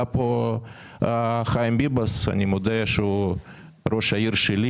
פה חיים ביבס אני מודה שהוא ראש העיר שלי